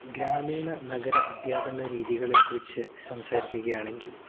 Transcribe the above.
ഗ്രാമീണ നഗര അധ്യാപന രീതികളെക്കുറിച്ച് സംസാരിക്കുക ആണെങ്കിൽ